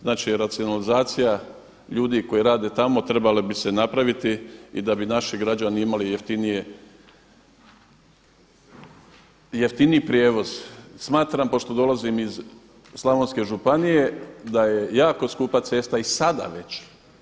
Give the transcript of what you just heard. Znači racionalizacija ljudi koji rade tamo trebala bi se napraviti i da bi naši građani imali jeftiniji prijevoz smatram pošto dolazim iz slavonske županije da je jako skupa cesta i sada već.